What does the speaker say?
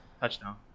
Touchdown